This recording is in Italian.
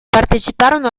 parteciparono